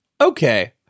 Okay